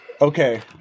Okay